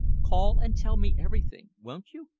call and tell me everything, won't you?